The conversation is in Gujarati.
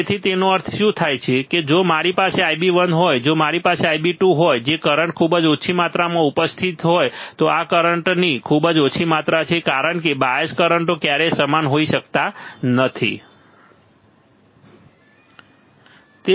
તેથી તેનો અર્થ શું થાય છે કે જો મારી પાસે Ib1 હોય જો મારી પાસે Ib2 હોય જે કરંટ ખૂબ જ ઓછી માત્રામાં ઉપસ્થિત હોય તો આ કરંટની ખૂબ જ ઓછી માત્રા છે કારણ કે બાયઝ કરંટો ક્યારેય સમાન હોઈ શકતા નથી બરાબર